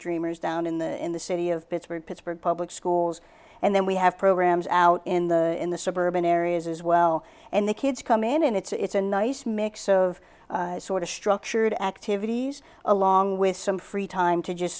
dreamers down in the in the city of pittsburgh pittsburgh public schools and then we have programs out in the in the suburban areas as well and the kids come in and it's a nice mix of sort of structured activities along with some free time to just